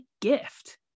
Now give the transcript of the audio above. gift